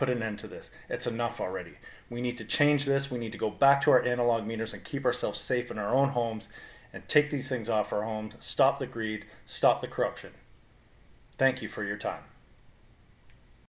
put an end to this it's enough already we need to change this we need to go back to our analog meters and keep ourselves safe in our own homes and take these things off our own to stop the greed stop the corruption thank you for your time